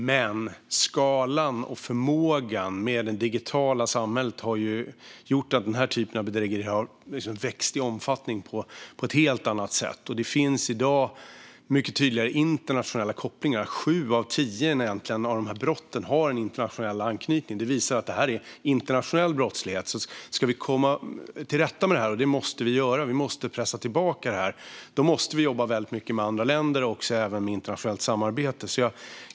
Men skalan och förmågan med det digitala samhället har gjort att den här typen av bedrägerier har växt i omfattning på ett helt annat sätt. Det finns i dag mycket tydligare internationella kopplingar. Det är sju och tio av de här brotten som har en internationell anknytning. Det visar att det är internationell brottslighet. Ska vi komma till rätta med det - och det måste vi göra, vi måste pressa tillbaka det - måste vi jobba väldigt mycket med andra länder och även med internationellt samarbete.